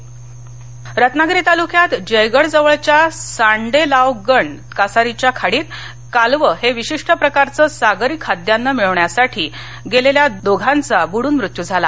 बडन मत्य रत्नागिरी तालुक्यात जयगड जवळच्या सांडेलावगण कासारीच्या खाडीत कालवं हे विशिष्ट प्रकारचं सागरी खाद्यान्न मिळवण्यासाठी गेलेल्या दोघांचा बुडून मृत्यू झाला